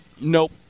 Nope